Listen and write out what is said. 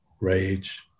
rage